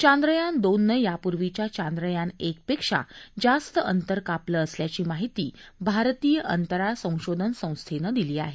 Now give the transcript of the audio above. चांद्रयान दोननं यापूर्वीच्या चांद्रयान एकपेक्षा जास्त अंतर कापलं असल्याची माहिती भारतीय अंतराळ संशोधन संस्थेनं दिली आहे